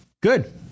Good